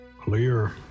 Clear